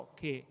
che